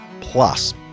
plus